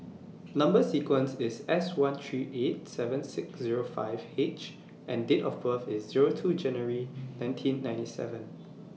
Number sequence IS S one three eight seven six Zero five H and Date of birth IS Zero two January nineteen ninety seven